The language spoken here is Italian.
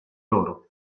loro